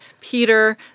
Peter